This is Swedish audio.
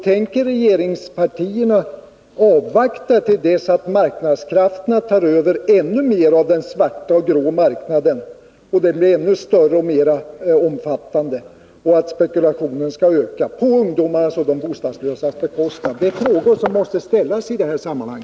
Tänker regeringspartierna avvakta till dess att marknadskrafterna tar över ännu mer av den svarta och grå marknaden, så att den blir ännu mer omfattande och spekulationen ökar, på ungdomarnas och de bostadslösas bekostnad? Det är frågor som måste ställas i detta sammanhang.